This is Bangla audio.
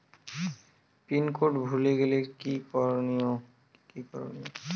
পিন কোড ভুলে গেলে কি কি করনিয়?